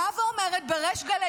באה ואומרת בריש גלי,